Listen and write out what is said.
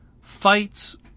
fights